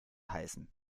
heißen